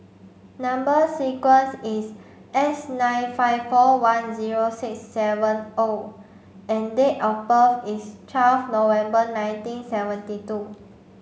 number sequence is S nine five four one zero six seven O and date of birth is twelve November nineteen seventy two